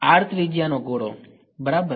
ત્રિજ્યાનો ગોળો બરાબર